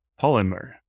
polymer